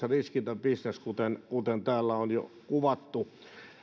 riskitön bisnes kuten kuten täällä on jo kuvattu